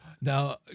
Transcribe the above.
Now